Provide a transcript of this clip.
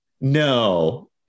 no